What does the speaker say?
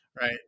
Right